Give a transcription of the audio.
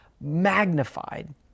magnified